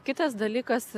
kitas dalykas